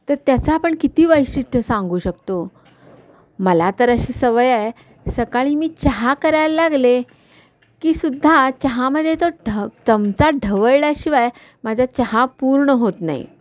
तर त्याचा आपण किती वैशिष्ट्य सांगू शकतो मला तर अशी सवय आहे सकाळी मी चहा करायला लागले की सुुद्धा चहामध्ये तो ढ चमचा ढवळल्याशिवाय माझा चहा पूर्ण होत नाही